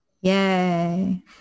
Yay